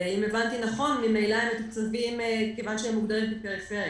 אם הבנתי נכון ממילא הם מתוקצבים כיוון שהם מוגדרים כפריפריה.